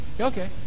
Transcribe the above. okay